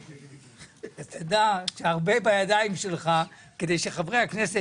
אז תדע שהרבה בידיים שלך כדי שחברי הכנסת